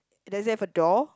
does it have a door